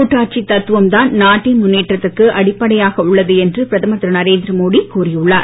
கூட்டாட்சி தத்துவம் தான் நாட்டின் முன்னேற்றத்துக்கு அடிப்படையாக உள்ளது என்று பிரதமர் திரு நரேந்திர மோடி கூறியுள்ளார்